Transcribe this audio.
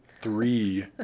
three